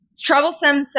Troublesome